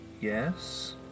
Yes